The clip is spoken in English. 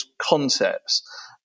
concepts